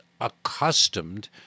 accustomed